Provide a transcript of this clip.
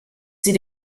sie